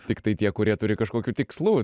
tiktai tie kurie turi kažkokių tikslų